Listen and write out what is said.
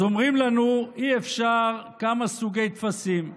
אז אומרים לנו: אי-אפשר כמה סוגי טפסים.